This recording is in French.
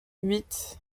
huit